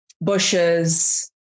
bushes